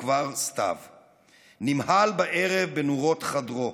וכבר סתיו / נמהל בערב בנורות חדרו.